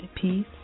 peace